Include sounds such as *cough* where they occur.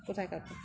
এটা *unintelligible*